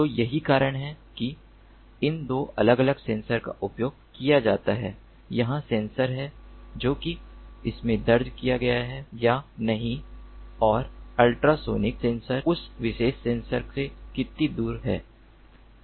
तो यही कारण है कि इन 2 अलग अलग सेंसर का उपयोग किया जाता है यहां सेंसर है जो कि इसमें दर्ज किया गया है या नहीं और अल्ट्रासोनिक सेंसर उस विशेष सेंसर से कितनी दूर है